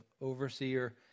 overseer